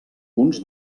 uns